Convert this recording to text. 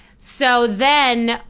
so then